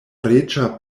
reĝa